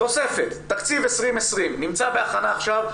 תוספת, תקציב 2020, נמצא בהכנה עכשיו.